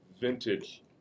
vintage